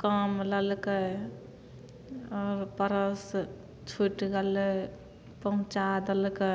कम लेलकै आओर परस छुटि गेलै पहुँचा देलकै